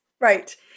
Right